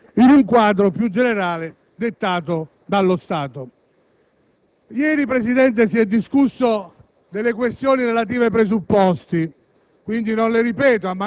ancorché in un quadro più generale dettato dallo Stato. Ieri, Presidente, si è discusso delle questioni relative ai presupposti